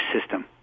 system